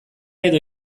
edo